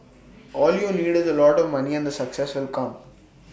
all you need is A lot of money and the success will come